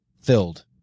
filled